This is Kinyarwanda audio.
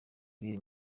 biri